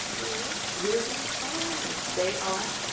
we're, we're doing fine. and they are.